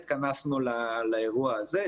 התכנסנו לאירוע הזה,